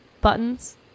buttons